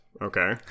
okay